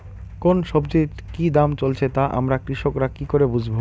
কোন সব্জির কি দাম চলছে তা আমরা কৃষক রা কি করে বুঝবো?